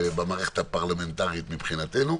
במערכת הפרלמנטרית מבחינתנו.